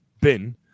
bin